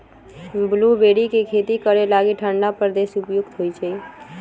blueberry के खेती करे लागी ठण्डा प्रदेश उपयुक्त होइ छै